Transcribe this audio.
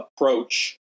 approach